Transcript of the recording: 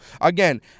again